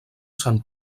sant